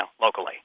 locally